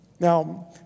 Now